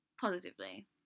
Positively